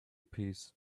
peas